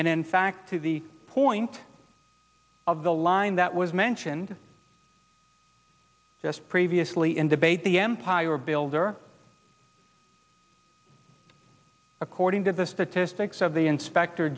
and in fact to the point of the line that was mentioned just previously in debate the empire builder according to statistics of the inspector